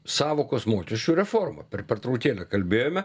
sąvokos mokesčių reforma per pertraukėlę kalbėjome